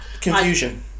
confusion